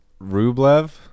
Rublev